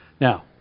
Now